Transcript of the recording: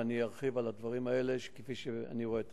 ואני ארחיב על הדברים האלה כפי שאני רואה אותם.